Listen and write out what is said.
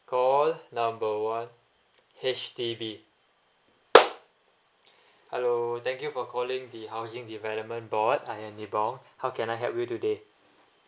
call number one H_D_B hello thank you for calling the housing development board I am ni bong how can I help you today